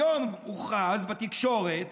היום הוכרז בתקשורת